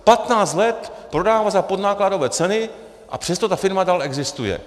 Patnáct let prodává za podnákladové ceny, a přesto ta firma dál existuje.